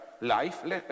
life